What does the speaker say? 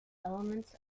elements